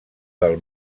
del